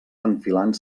enfilant